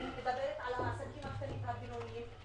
אני מדברת על העסקים הקטנים והבינוניים,